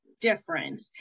different